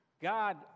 God